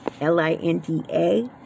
L-I-N-D-A